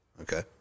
Okay